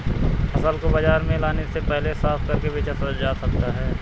फसल को बाजार में लाने से पहले साफ करके बेचा जा सकता है?